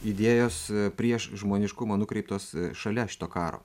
idėjos prieš žmoniškumą nukreiptos šalia šito karo